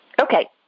Okay